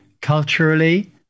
culturally